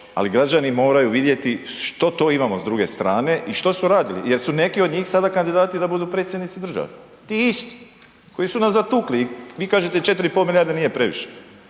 ali građani moraju vidjeti što to imamo s druge strane i što su radili jer su neki od njih sada kandidati da budu predsjednici države. Ti isti koji su nas zatukli. Vi kažete 4,5 milijarde nije previše.